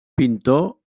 pintor